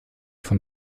von